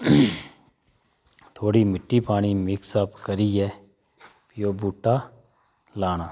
अ थोह्ड़ी मिट्टी पानी मिक्स अप करियै भी ओह् बूह्टा लाना